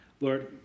Lord